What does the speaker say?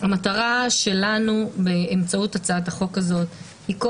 המטרה שלנו באמצעות הצעת החוק הזאת היא,